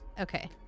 Okay